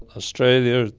australia.